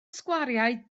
sgwariau